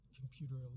computer